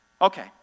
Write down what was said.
Okay